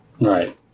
Right